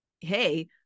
hey